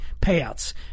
payouts